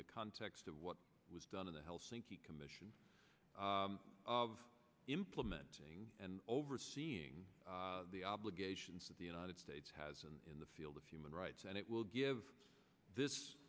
the context of what was done in the helsinki commission of implementing and overseeing the obligations of the united states has and in the field of human rights and it will give this